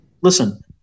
Listen